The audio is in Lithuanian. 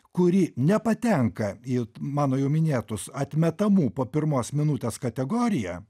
kuri nepatenka į mano jau minėtus atmetamų po pirmos minutės kategoriją